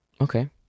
Okay